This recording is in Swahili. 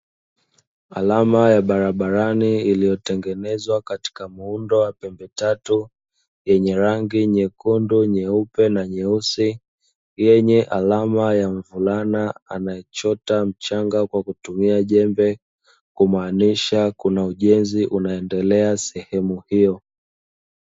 Alama ya barabarani iliyotengenezwa katika muundo wa pembe tatu, yenye rangi nyekundu, nyeupe na nyeusi. Yenye alama ya mvulana anayechota mchanga kwa kutumia jembe, kumaanisha kuna ujenzi unaendelea sehemu hiyo.